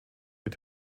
mit